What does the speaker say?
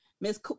Miss